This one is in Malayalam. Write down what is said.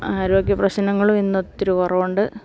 ആരോഗ്യ പ്രശ്നങ്ങളും ഇന്നൊത്തിരി കുറവുണ്ട്